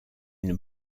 une